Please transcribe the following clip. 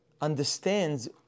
understands